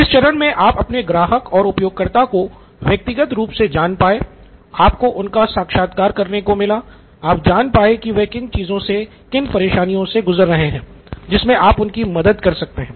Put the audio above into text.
इस चरण मे आप अपने ग्राहक और उपयोगकर्ता को व्यक्तिगत रूप से जान पाये आपको उनका साक्षात्कार करने को मिला आप जान पाये कि वे किन चीज़ों से किन परेशानियों से गुज़र रहे हैं जिसमे आप उनकी मदद कर सकते हैं